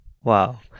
wow